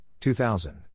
2000